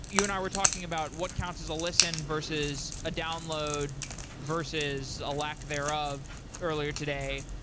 you and i were talking about what counts as a listen versus a download versus a lack thereof earlier today.